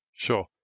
Sure